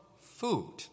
food